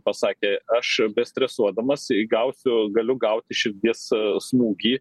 pasakė aš vis stresuodamas įgausiu galiu gauti širdies smūgį